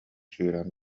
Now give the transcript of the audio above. сүүрэн